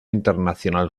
internacional